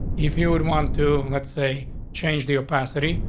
if you would want to. let's say change the opacity.